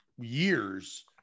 years